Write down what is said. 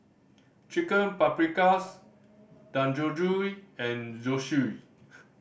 Chicken Paprikas Dangojiru and Zosui